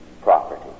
property